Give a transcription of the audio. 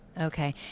okay